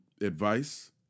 Advice